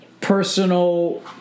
personal